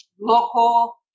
local